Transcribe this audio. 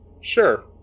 sure